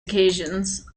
occasions